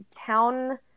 town